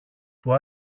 που